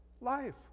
life